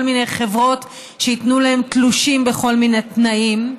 מיני חברות שייתנו להם תלושים בכל מיני תנאים.